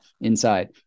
inside